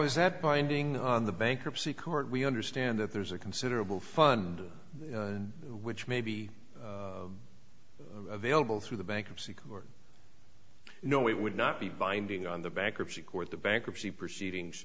was that binding on the bankruptcy court we understand that there's a considerable fund which may be available through the bankruptcy court no it would not be binding on the bankruptcy court the bankruptcy proceedings